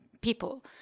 people